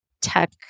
tech